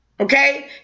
Okay